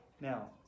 Now